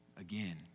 again